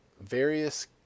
various